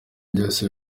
byose